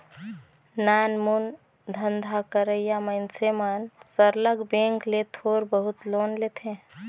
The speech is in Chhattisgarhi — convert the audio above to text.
नानमुन धंधा करइया मइनसे मन सरलग बेंक ले थोर बहुत लोन लेथें